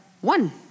one